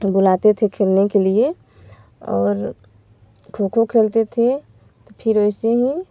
और बुलाते थे खेलने के लिए और खो खो खेलते थे तो फिर वैसे ही